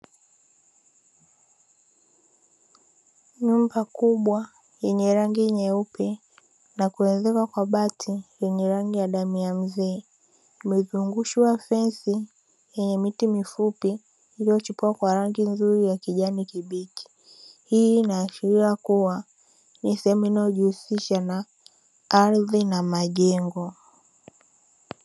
Nyumba kubwa yenye rangi nyeupe na kuezekwa kwa bati lenye rangi ya damu ya mzee, imezungushwa fensi yenye miti mifupi iliyochipua kwa rangi nzuri ya kijani kibichi, hii inaashiria kuwa ni sehemu inayojihusisha na ardhi na majengo.